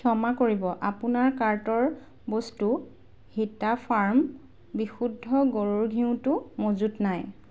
ক্ষমা কৰিব আপোনাৰ কাৰ্টৰ বস্তু হিটা ফাৰ্ম বিশুদ্ধ গৰুৰ ঘিউটো মজুত নাই